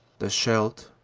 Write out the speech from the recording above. the scheidt,